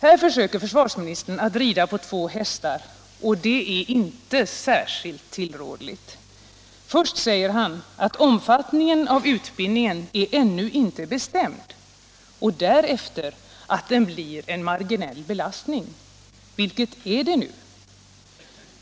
Här försöker försvarsministern att rida på två hästar, och det är inte särskilt tillrådligt. Först säger han att omfattningen av utbildningen ännu inte är bestämd och därefter att den blir en marginell belastning! Vilket är det nu?